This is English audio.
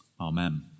Amen